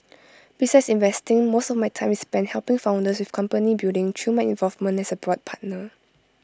besides investing most of my time is spent helping founders with company building through my involvement as A board partner